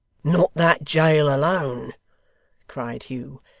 not that jail alone cried hugh,